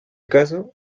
caso